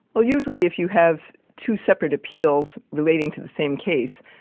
well, usually if you have two separate appeals relating to the same case,